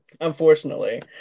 Unfortunately